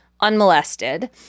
unmolested